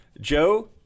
Joe